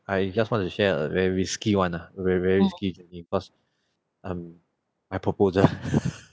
I just want to share a very risky one lah very very very risky because um my proposal